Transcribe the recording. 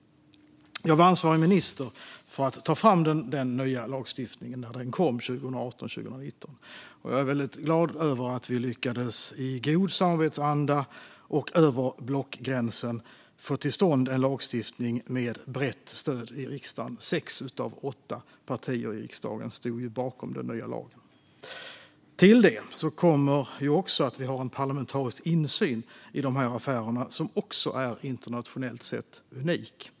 Jag var ansvarig minister för att ta fram den nya lagstiftningen 2018/2019. Jag är glad över att vi i god samarbetsanda och över blockgränsen lyckades få till stånd en lagstiftning med brett stöd i riksdagen. Sex av åtta partier i riksdagen stod bakom den nya lagen. Till det kommer att vi har en parlamentarisk insyn i de här affärerna, vilket också är unikt internationellt sett.